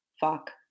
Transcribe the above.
fuck